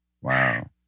Wow